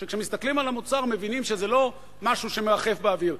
שכשמסתכלים על המוצר מבינים שזה לא משהו שמרחף באוויר.